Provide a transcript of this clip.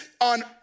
on